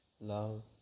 love